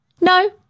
No